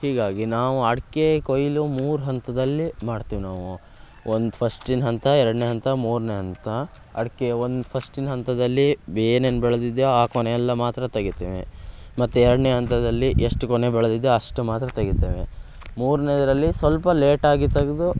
ಹೀಗಾಗಿ ನಾವು ಅಡಿಕೆ ಕೊಯಿಲು ಮೂರು ಹಂತದಲ್ಲಿ ಮಾಡ್ತೀವಿ ನಾವು ಒಂದು ಫಸ್ಟಿನ ಹಂತ ಎರಡನೇ ಹಂತ ಮೂರನೇ ಹಂತ ಅಡಿಕೆ ಒಂದು ಫಸ್ಟಿನ ಹಂತದಲ್ಲಿ ಬ ಏನೇನು ಬೆಳೆದಿದೆಯೋ ಆ ಕೊನೆೆಯಲ್ಲ ಮಾತ್ರ ತೆಗಿತೀವಿ ಮತ್ತು ಎರಡನೇ ಹಂತದಲ್ಲಿ ಎಷ್ಟು ಕೊನೆ ಬೆಳೆದಿದೆಯೋ ಅಷ್ಟು ಮಾತ್ರ ತೆಗಿತೇವೆ ಮೂರನೇದ್ರಲ್ಲಿ ಸ್ವಲ್ಪ ಲೇಟಾಗಿ ತೆಗ್ದು